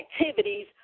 activities